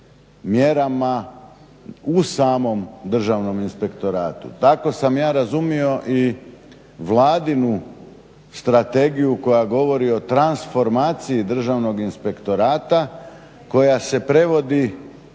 u samom Državnom inspektoratu. Tako sam ja razumio i vladinu strategiju koja govori o transformaciji Državnog inspektorata koja se prevodi